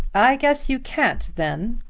i guess you can't then,